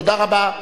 תודה רבה.